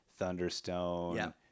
Thunderstone